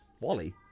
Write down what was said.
wally